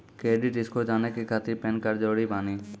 Credit score जाने के खातिर पैन कार्ड जरूरी बानी?